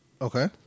Okay